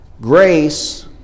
Grace